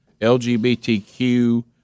LGBTQ